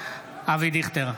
אבי דיכטר,